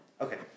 Okay